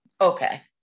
okay